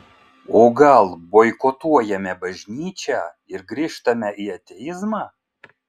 o gal boikotuojame bažnyčią ir grįžtame į ateizmą